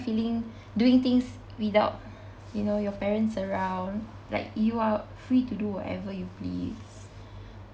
feeling doing things without you know your parents around like you are free to do whatever you please